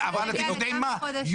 אתם יודעים מה?